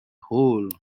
hole